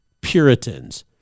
Puritans